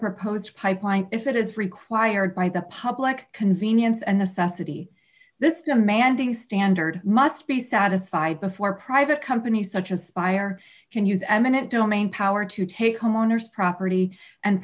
proposed pipeline if it is required by the public convenience and necessity this demanding standard must be satisfied before private companies such as buyer can use eminent domain power to take homeowners property and